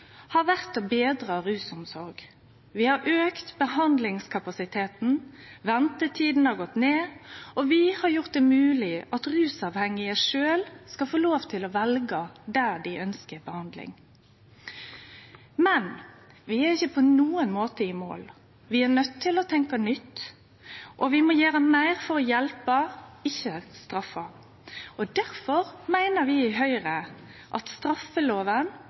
har vore å betre rusomsorga. Vi har auka behandlingskapasiteten, ventetida har gått ned, og vi har gjort det mogleg at rusavhengige sjølve skal få lov til å velje kvar dei ønskjer behandling. Men vi er ikkje på nokon måte i mål, vi er nøydde til å tenkje nytt, og vi må gjere meir for å hjelpe, ikkje straffe. Difor meiner vi i Høgre at